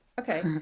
Okay